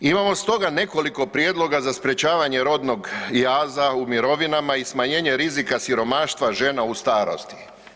Imamo stoga nekoliko prijedloga za sprečavanje rodnog jaza u mirovinama i smanjenja rizika siromaštva žena u starosti.